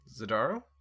Zadaro